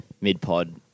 Mid-pod